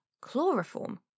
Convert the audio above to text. Chloroform